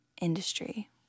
industry